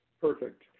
Perfect